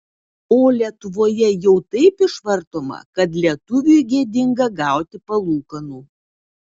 o lietuvoje jau taip išvartoma kad lietuviui gėdinga gauti palūkanų